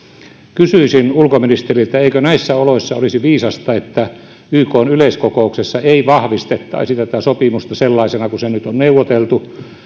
kysyisin ulkoministeriltä eikö näissä oloissa olisi viisasta että ykn yleiskokouksessa ei vahvistettaisi tätä sopimusta sellaisena kuin se nyt on neuvoteltu